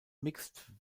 mixed